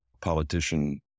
politician